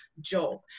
job